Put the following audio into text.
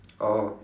orh